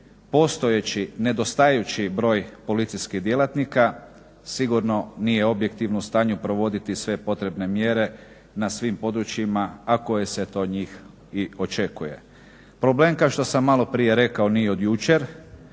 postojeći nedostajući broj policijskih djelatnika sigurno nije objektivno u stanju provoditi sve potrebne mjere na svim područjima a koje se to od njih očekuje. Problem kao što sam malo prije rekao nije od jučer,